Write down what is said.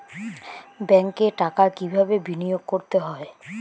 ব্যাংকে টাকা কিভাবে বিনোয়োগ করতে হয়?